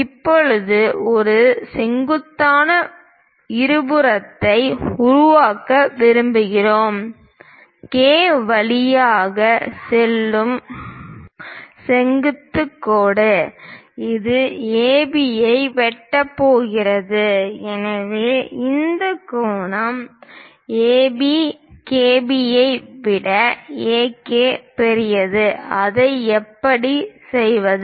இப்போது ஒரு செங்குத்தாக இருபுறத்தை உருவாக்க விரும்புகிறோம் K வழியாக செல்லும் செங்குத்து கோடு இது AB ஐ வெட்டப் போகிறது எனவே இந்த கோணம் ஏபி KB ஐ விட AK பெரியது அதை எப்படி செய்வது